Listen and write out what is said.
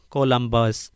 Columbus